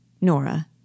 Nora